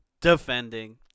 defending